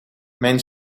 mijn